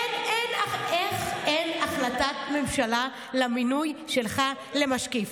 איך אין החלטת ממשלה למינוי שלך למשקיף?